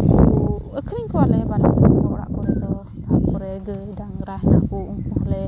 ᱩᱱᱠᱩ ᱟᱹᱠᱷᱨᱤᱧ ᱠᱚᱣᱟᱞᱮ ᱵᱟᱞᱮ ᱡᱚᱢ ᱠᱚᱣᱟ ᱚᱲᱟᱜ ᱠᱚᱨᱮ ᱫᱚ ᱛᱟᱨᱯᱚᱨᱮ ᱜᱟᱹᱭ ᱰᱟᱝᱨᱟ ᱩᱱᱠᱩ ᱦᱚᱸᱞᱮ